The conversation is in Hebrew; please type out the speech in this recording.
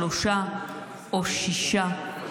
שלושה או שישה,